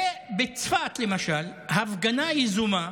בצפת למשל, הפגנה יזומה